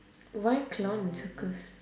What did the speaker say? why clown and circus